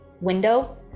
window